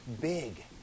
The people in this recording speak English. big